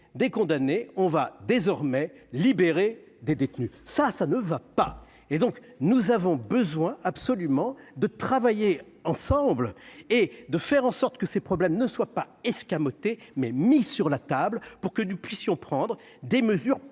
des condamnés, on va désormais libérer des détenus, ça ça ne va pas et donc nous avons besoin absolument de travailler ensemble et de faire en sorte que ces problèmes ne soit pas escamoté mais mise sur la table pour que nous puissions prendre des mesures